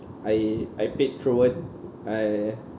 I I played truant I